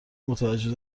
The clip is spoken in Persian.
متوجه